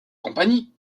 compagnie